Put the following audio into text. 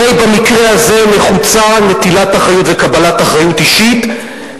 הרי במקרה הזה נחוצה נטילת אחריות וקבלת אחריות אישית,